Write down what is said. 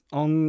on